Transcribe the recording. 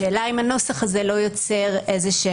השאלה אם הנוסח הזה לא יוצר איזשהם